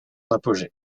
apogée